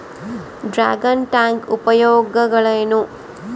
Dragon tank ಉಪಯೋಗಗಳೇನು?